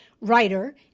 writer